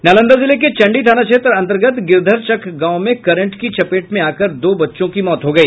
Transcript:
नालंदा जिले के चंडी थाना क्षेत्र अंतर्गत गिरधर चक गांव में करंट की चपेट में आकर दो बच्चों की मौत हो गई